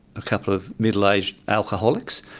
a couple of middle-aged alcoholics.